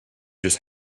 just